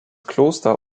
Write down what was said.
kloster